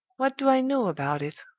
what do i know about it?